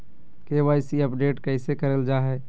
KYC update कैसे करल जाहै?